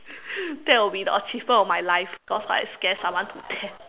that will be the achievement of my life cause I scare someone to death